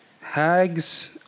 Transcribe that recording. Hags